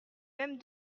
même